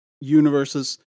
universes